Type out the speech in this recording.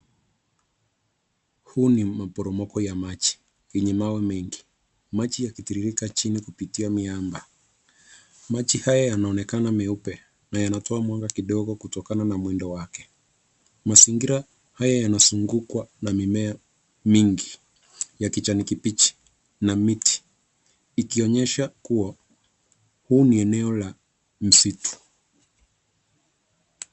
Huu ni maporomoko ya maji kwenye mawe mengi, maji yakitiririka chini kupitia miamba. Maji haya yanaonekana meupe na yanatoa mwanga kidogo kutokana na mwendo wake. Mazingira haya yanazungukwa na mimea mingi ya kijani kibichi na miti ikionyesha kuwa huu ni eneo la msitu.